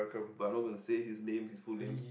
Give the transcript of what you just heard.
but not going to say his name his full name